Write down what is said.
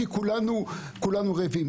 כי כולנו רעבים.